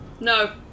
No